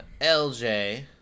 lj